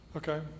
Okay